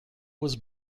was